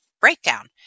breakdown